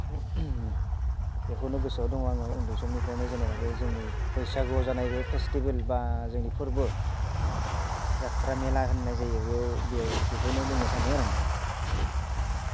बेखौनो गोसोआव दङ आङो उन्दै समनिफ्रायनो जेनेबा बे जोंनि बैसागुआव जानाय फेस्टिभेल बा जोंनि फोरबो जात्रा मेला होननाय जायो बेयाव बेखौनो बुंनो सान्दों आरो आं